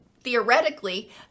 theoretically